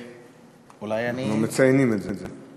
אנחנו מציינים את זה.